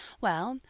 well,